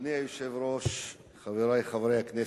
אדוני היושב-ראש, חברי חברי הכנסת,